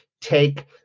take